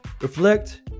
reflect